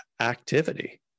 activity